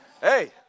Hey